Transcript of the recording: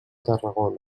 tarragona